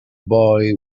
boy